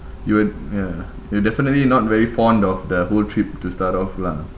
you would ya you definitely not very fond of the whole trip to start off lah